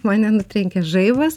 mane nutrenkė žaibas